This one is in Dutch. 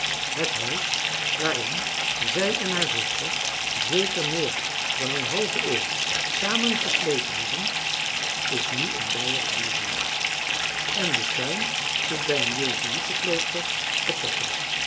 het huis waarin zij en haar zuster zeker meer dan een halve eeuw samen gesleten hebben is nu een beiersch bierhuis en de tuin is bij een jezuïetenklooster getrokken